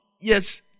yes